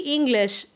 English